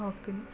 ಹೋಗ್ತೀನಿ